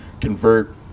convert